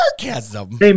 sarcasm